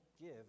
give